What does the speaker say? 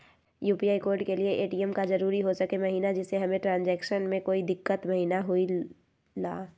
UPI code के लिए ATM का जरूरी हो सके महिना जिससे हमें ट्रांजैक्शन में कोई दिक्कत महिना हुई ला?